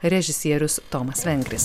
režisierius tomas vengris